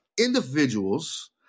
individuals